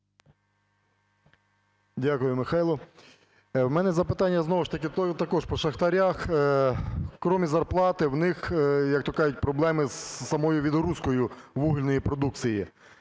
Дякую, Михайло. У мене запитання знову ж таки також по шахтарях. Крім зарплати, у них, як то кажуть, проблеми з самою відгрузкою вугільної продукції.